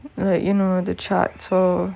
like you know the charts so